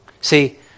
See